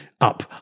up